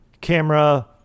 Camera